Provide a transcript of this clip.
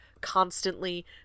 constantly